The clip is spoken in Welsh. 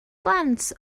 blant